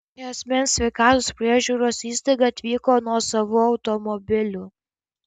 į asmens sveikatos priežiūros įstaigą atvyko nuosavu automobiliu